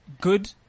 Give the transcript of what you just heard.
good